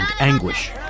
anguish